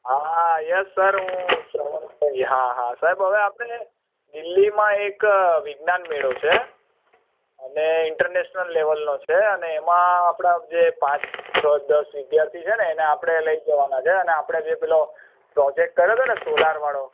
હા yes sir હું શ્રવણ હાજી હા હા સાહેબ હવે આપણે દિલ્હીમાં એક વિજ્ઞાન મેળો છે અને ઇન્ટરનેશનલ લેવલનો છે અને એમાં આપણા જે પાંચ છ દસ વિદ્યાર્થી છે ને એને આપણે લઈ જવાના છે અને આપણે જે પેલો પ્રોજેક્ટ કર્યો હતો ને સોલારવાળો